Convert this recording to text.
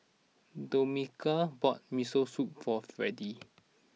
Domenica bought Miso Soup for Fredy